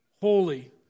holy